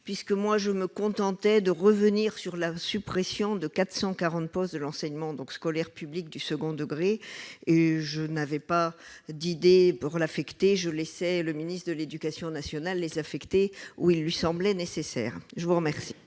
puisque moi je me contentais de revenir sur la suppression de 440 postes de l'enseignement donc scolaire public du second degré et je n'avais pas d'idées pour l'affecter je laissais le ministre de l'Éducation nationale désaffecté où il lui semblait nécessaire, je vous remercie.